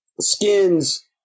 skins